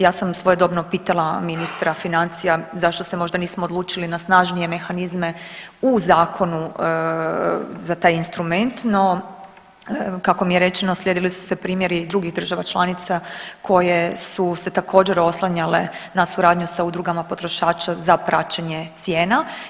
Ja sam svojedobno pitala ministra financija zašto se možda nismo odlučili na snažnije mehanizme u zakonu za taj instrument, no kako mi je rečeno slijedili su se primjeri i drugih država članica koje su se također oslanjale na suradnju s udrugama potrošača za praćenje cijena.